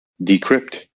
decrypt